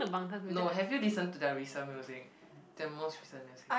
no have you listen to their recent music the most recent music